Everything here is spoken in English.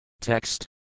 Text